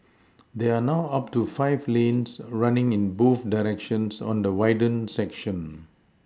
there are now up to five lanes running in both directions on the widened section